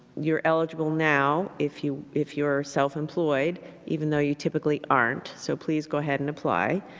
you are eligible now, if you if you are self-employed even though you typically aren't. so, please go ahead and apply.